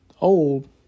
old